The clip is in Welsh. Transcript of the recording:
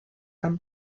gan